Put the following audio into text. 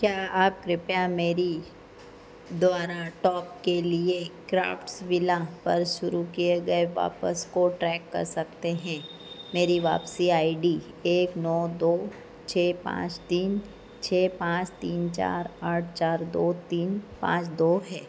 क्या आप कृपया मेरे द्वारा टॉप के लिए क्राफ्ट्सविला पर शुरू किए गए वापसी को ट्रैक कर सकते हैं मेरी वापसी आई डी एक नौ दो छः पाँच तीन छः पाँच तीन चार आठ चार दो तीन पाँच दो है